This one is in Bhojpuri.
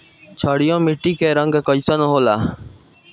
क्षारीय मीट्टी क रंग कइसन होला?